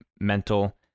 mental